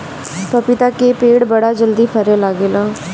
पपीता के पेड़ बड़ा जल्दी फरे लागेला